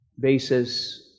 basis